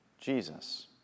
Jesus